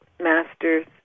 Masters